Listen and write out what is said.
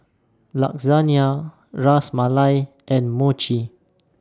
Lasagnia Ras Malai and Mochi